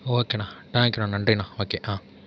ஓகேணா தேங்க்யூணா நன்றிணா ஓகே